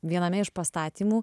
viename iš pastatymų